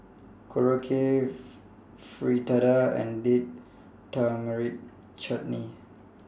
Korokke Fritada and Date Tamarind Chutney